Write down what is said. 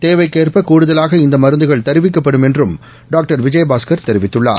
தேவைக்கேற்ப கூடுதலாக இந்த மருந்துகள் தருவிக்கப்படும் என்றும் டாக்டர் விஜயபாஸ்கர் தெரிவித்துள்ளார்